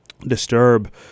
disturb